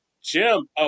Jim